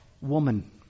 woman